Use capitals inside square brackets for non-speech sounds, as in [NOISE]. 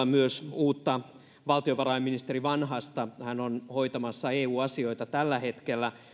[UNINTELLIGIBLE] myös onnitella uutta valtiovarainministeriä vanhasta hän on hoitamassa eu asioita tällä hetkellä